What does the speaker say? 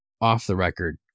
off-the-record